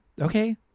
Okay